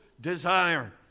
desire